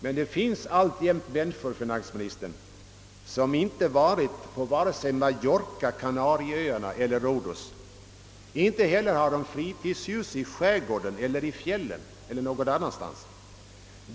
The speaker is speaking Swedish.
Men det finns alltjämt, herr finansminister, människor som inte varit på vare sig Mallorca, Kanarieöarna eller Rhodos och som inte heller har fritidshus i skärgården, i fjällen eller någon annanstans.